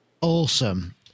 awesome